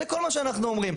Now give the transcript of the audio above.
זה כל מה שאנחנו אומרים.